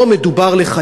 אבל פה מדובר על לחייב,